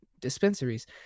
dispensaries